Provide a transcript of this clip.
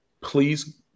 Please